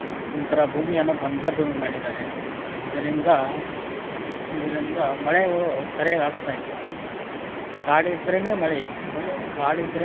ಅವನ್ನೆಲ್ಲ ತಗೊಂಡ್ಬಂದು ಫಂಕ್ಷನ್ ಇದ್ದಾಗ ಇದು ಮಾಡ್ತೀವಿ ಮತ್ತು ಒಂದು ಚೆರಿಗೆ ಏಳು ಪ್ಲೇಟ್